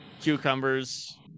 cucumbers